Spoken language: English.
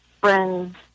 friends